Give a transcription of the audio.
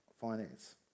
finance